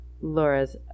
Laura's